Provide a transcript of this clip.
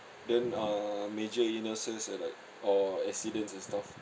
then uh major illnesses and like or accidents and stuff